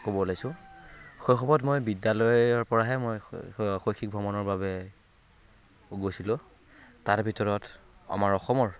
ক'ব ওলাইছো শৈশৱত মই বিদ্যালয়ৰ পৰাহে মই শৈক্ষিক ভ্ৰমণৰ বাবে গৈছিলো তাৰ ভিতৰত আমাৰ অসমৰ